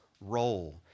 role